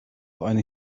eine